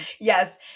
Yes